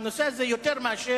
זה לא תקין.